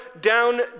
down